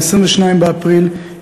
22 באפריל,